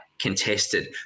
contested